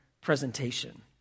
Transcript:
presentation